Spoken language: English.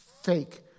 fake